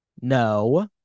No